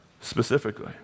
specifically